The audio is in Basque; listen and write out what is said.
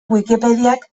wikipediak